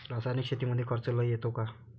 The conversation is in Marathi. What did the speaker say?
रासायनिक शेतीमंदी खर्च लई येतो का?